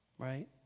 Right